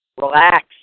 Relax